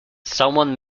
someone